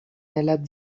nella